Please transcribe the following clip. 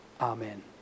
Amen